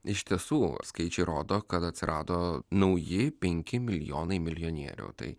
iš tiesų skaičiai rodo kad atsirado nauji penki milijonai milijonierių tai